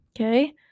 okay